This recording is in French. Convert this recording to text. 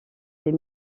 des